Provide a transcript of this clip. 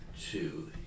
two